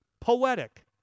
poetic